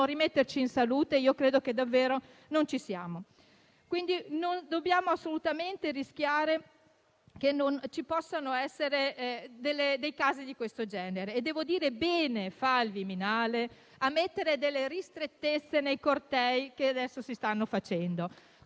rimetterci in salute credo che davvero non ci siamo; quindi non dobbiamo assolutamente rischiare che ci possano essere dei casi di questo genere. Devo dire che bene fa il Viminale a stabilire delle restrizioni per i cortei che si stanno facendo.